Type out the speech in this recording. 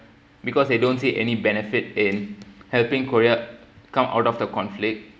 because they don't see any benefit in helping korea come out of the conflict